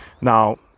Now